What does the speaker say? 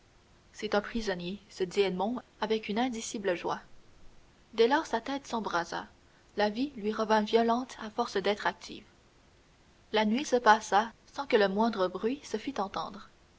c'est un prisonnier se dit edmond avec une indicible joie dès lors sa tête s'embrasa la vie lui revint violente à force d'être active la nuit se passa sans que le moindre bruit se fît entendre